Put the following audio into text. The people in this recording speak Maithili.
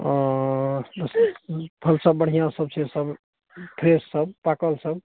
ओ फल सब बढ़ियाँ सब छै सब फ्रेश सब पाकल सब